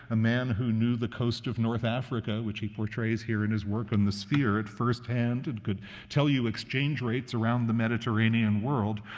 a man who knew the coast of north africa which he portrays here in his work on the sphere at firsthand and could tell you exchange rates around the mediterranean world,